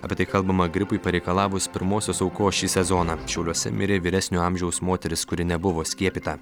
apie tai kalbama gripui pareikalavus pirmosios aukos šį sezoną šiauliuose mirė vyresnio amžiaus moteris kuri nebuvo skiepyta